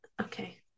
okay